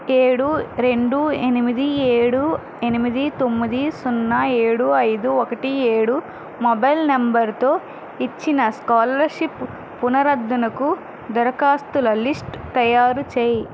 ఏడు రెండు ఎనిమిది ఏడు ఎనిమిది తొమ్మిది సున్నా ఏడు ఐదు ఒకటి ఏడు మొబైల్ నంబరుతో ఇచ్చిన స్కాలర్షిప్ పునరుద్ధరణకు దరఖాస్తుల లిస్ట్ తయారు చేయి